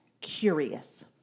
curious